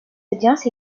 audiences